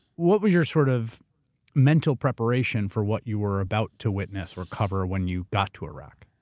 what was your sort of mental preparation for what you were about to witness or cover when you got to iraq?